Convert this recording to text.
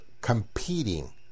competing